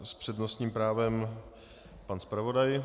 S přednostním právem pan zpravodaj.